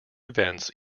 events